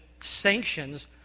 sanctions